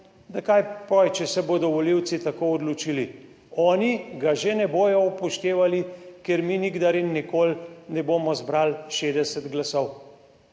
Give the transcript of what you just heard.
da kaj potem, če se bodo volivci tako odločili, oni ga že ne bodo upoštevali, ker mi nikdar in nikoli ne bomo zbrali 60 glasov.